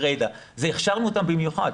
הכשרנו את העובדים במיוחד.